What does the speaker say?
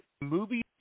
movie